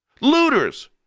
Looters